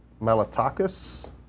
Malatakis